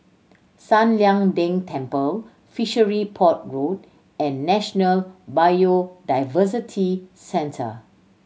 San Lian Deng Temple Fishery Port Road and National Biodiversity Centre